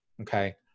okay